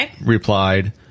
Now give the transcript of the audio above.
replied